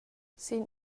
sin